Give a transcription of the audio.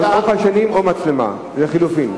יכולים להיות או חיישנים, או מצלמה, לחלופין.